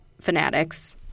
fanatics